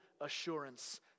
assurance